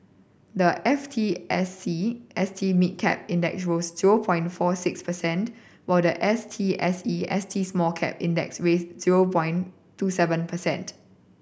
the F T S E S T Mid Cap Index rose zero point four six percent while the S T S E S T Small Cap Index with zero point two seven percent